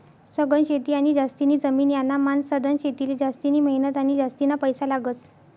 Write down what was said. सघन शेती आणि जास्तीनी जमीन यानामान सधन शेतीले जास्तिनी मेहनत आणि जास्तीना पैसा लागस